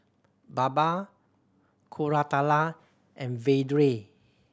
Baba Koratala and Vedre